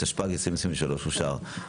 התשפ"ג-2023, אושרו.